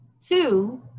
Two